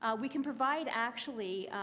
ah we can provide actually